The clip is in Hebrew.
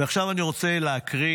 עכשיו אני רוצה להקריא